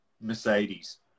Mercedes